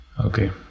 Okay